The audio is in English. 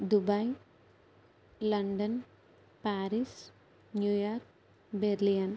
Dubai London Paris New York Berlin